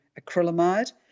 acrylamide